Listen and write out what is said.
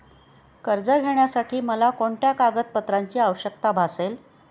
कर्ज घेण्यासाठी मला कोणत्या कागदपत्रांची आवश्यकता भासेल?